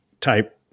type –